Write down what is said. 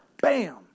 bam